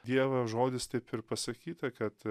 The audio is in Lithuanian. dievo žodis taip ir pasakyta kad